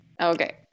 okay